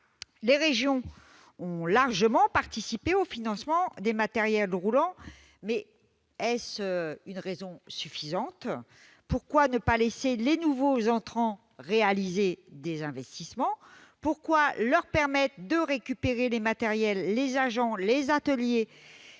les régions ont largement participé au financement des matériels roulants, mais est-ce une raison suffisante ? Pourquoi ne pas laisser les nouveaux entrants réaliser des investissements ? Pourquoi leur permettre de récupérer les matériels, les agents, les ateliers ?